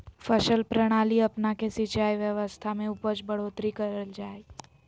फसल प्रणाली अपना के सिंचाई व्यवस्था में उपज बढ़ोतरी करल जा हइ